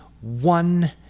one